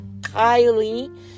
Kylie